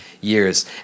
years